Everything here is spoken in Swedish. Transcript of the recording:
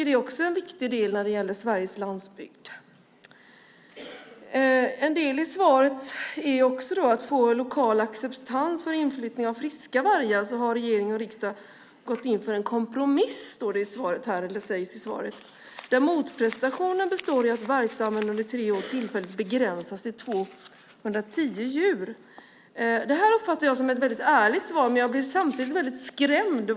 Det är också en viktig del när det gäller Sveriges landsbygd. En del av svaret handlar om att få acceptans för inflyttning av friska vargar. Det sägs i svaret att regering och riksdag har gått inför en kompromiss där motprestationen består i att vargstammen under tre år tillfälligt begränsas till 210 djur. Jag uppfattar det som ett ärligt svar, men samtidigt skrämmer det mig.